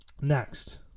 next